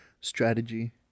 strategy